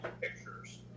pictures